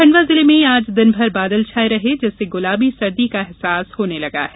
खंडवा जिले में आज दिन भर बादल छाये रहे जिससे गुलाबी सर्दी का अहसास होने लगा है